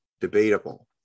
debatable